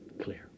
Clear